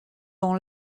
dans